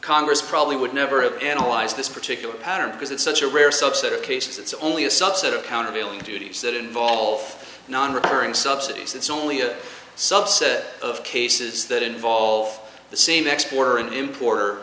congress probably would never have analyzed this particular pattern because it's such a rare subset of cases it's only a subset of countervailing duties that involve nonrecurring subsidies it's only a subset of cases that involve the same exporter and importer